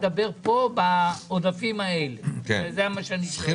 הם בעצם רואים את כל התמונה,